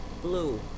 blue